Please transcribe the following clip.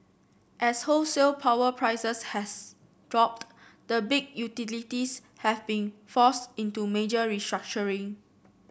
as wholesale power prices has dropped the big utilities have been forced into major restructuring